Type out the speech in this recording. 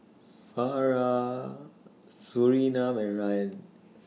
Farah Surinam and Ryan